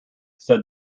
said